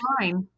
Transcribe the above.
fine